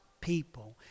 people